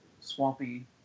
swampy